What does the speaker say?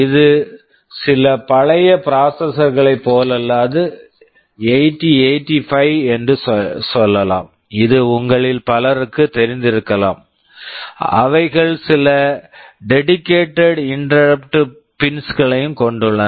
இது சில பழைய ப்ராசஸர்ஸ் processors களைப் போலல்லாது 8085 என்று சொல்லலாம் இது உங்களில் பலருக்குத் தெரிந்திருக்கலாம் அவைகள் சில dedicated interrupt pins dedicated interrupt pins களையும் கொண்டுள்ளன